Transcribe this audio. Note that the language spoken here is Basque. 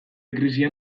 krisian